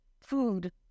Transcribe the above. food